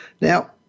Now